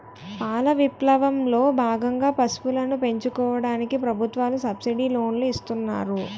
పాల విప్లవం లో భాగంగా పశువులను పెంచుకోవడానికి ప్రభుత్వాలు సబ్సిడీ లోనులు ఇస్తున్నారు